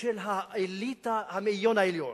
של האליטה, המאיון העליון,